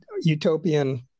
utopian